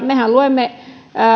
mehän luemme